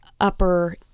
upper